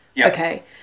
Okay